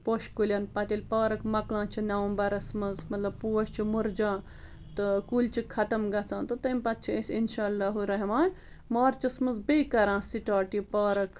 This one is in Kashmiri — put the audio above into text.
پوشہِ کُلٮ۪ن پتہٕ ییٚلہِ پارک مَکان چھِ نومبرس منٛز مطلب پوش چھِ مُرجاں تہٕ کُلۍ چھِ ختم گَژھان تہٕ تیٚمہِ پتہٕ چھِ أسۍ اِنشاء اللہُ رحمان مارچس منٛز بیٚیہِ کَران سِٹاٹ یہِ پارک